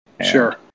Sure